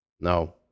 No